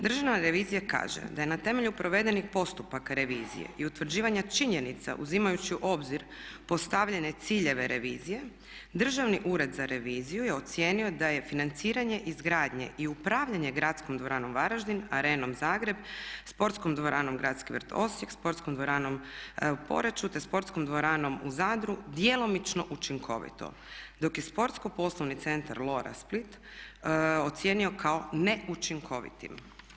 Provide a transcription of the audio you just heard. Državna revizija kaže da je na temelju provedenih postupaka revizije i utvrđivanja činjenica uzimajući u obzir postavljanje ciljeva revizije Državni ured za reviziju je ocijenio da je financiranje izgradnje i upravljanje Gradskom dvoranom Varaždin, Arenom zagreb, Sportskom dvoranom gradski vrt Osijek, Sportskom dvoranom u Poreču te Sportskom dvoranom u Zadru djelomično učinkovito dok je Sportsko poslovni centar Lora Split ocijenio kao neučinkovitim.